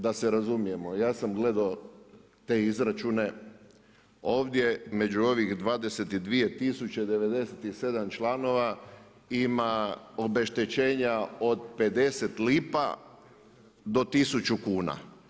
Da se razumijemo, ja sam gledao te izračune, ovdje među ovih 22 tisuće 97 članova ima obeštećenja od 50 lipa do 1000 kuna.